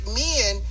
men